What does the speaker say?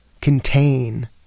contain